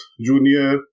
junior